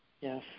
Yes